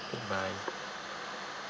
bye